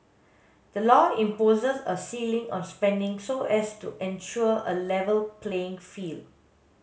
the law imposes a ceiling on spending so as to ensure a level playing field